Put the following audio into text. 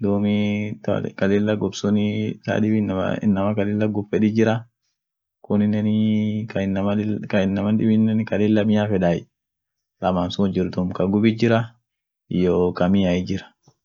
taka woyu itin dare, ishi sun maanyuum kasa dufti, silaate suutum ircholea, ta kabisa garmaanya suniit duftuut, suun cholea sila sun sagalean daabetenie,. tuum bengine baa woit dadareni yedeni yakeni. ta maanya ta bisaan manya kada duf suutu choleai, ishinsun woyu hinkabdu kulkuloa, taka namu woyu itindare